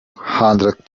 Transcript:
hundred